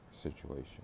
situation